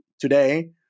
today